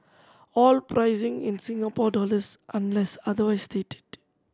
all pricing in Singapore dollars unless otherwise stated